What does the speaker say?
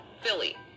Philly